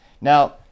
now